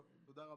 תודה רבה.